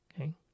okay